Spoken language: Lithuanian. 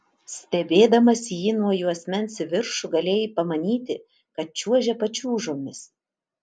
stebėdamas jį nuo juosmens į viršų galėjai pamanyti kad čiuožia pačiūžomis